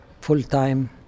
full-time